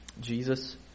Jesus